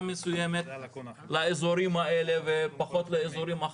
מסוימת לאזורים האלה ופחות לאזורים אחרים.